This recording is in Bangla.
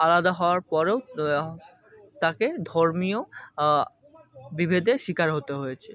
আলাদা হওয়ার পরেও তাকে ধর্মীয় বিভেদের শিকার হতে হয়েছে